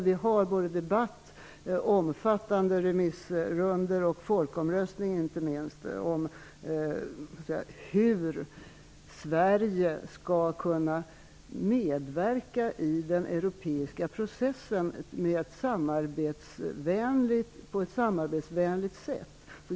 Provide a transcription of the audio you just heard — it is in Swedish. Vi har en debatt, omfattande remissrundor och inte minst en folkomröstning för att Sverige skall kunna medverka i den europeiska processen på ett samarbetsvänligt sätt.